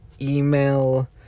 email